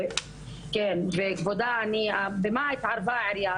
כן וכבודה, במה התערבה העירייה?